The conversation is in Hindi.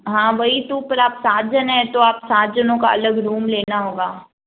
हाँ वही तो पर आप सात जने हैं तो आप सात जनों का अलग रूम लेना होगा